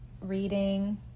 reading